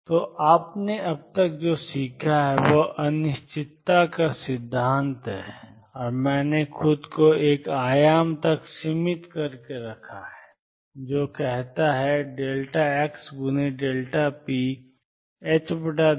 तो आपने अब तक जो सीखा है वह अनिश्चितता का सिद्धांत है और मैंने खुद को एक आयाम तक सीमित कर लिया है जो कहता है xp≥2